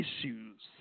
issues